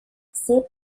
s’est